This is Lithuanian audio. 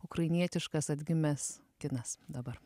ukrainietiškas atgimimęs kinas dabar